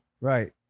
Right